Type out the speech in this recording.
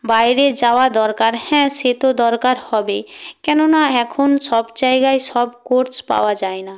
বাইরে যাওয়া দরকার হ্যাঁ সে তো দরকার হবেই কেননা এখন সব জায়গায় সব কোর্স পাওয়া যায় না